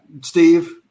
Steve